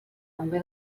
també